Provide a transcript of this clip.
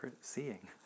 seeing